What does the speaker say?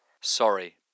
Sorry